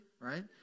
right